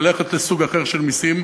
ללכת לסוג אחר של מסים.